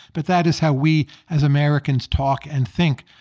but that is how we as americans talk and think.